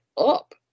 up